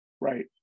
Right